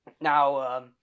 Now